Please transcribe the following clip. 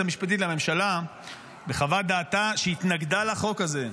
המשפטית לממשלה בחוות דעתה שהתנגדה לחוק הזה.